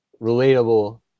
relatable